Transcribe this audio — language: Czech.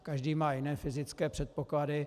Každý má jiné fyzické předpoklady.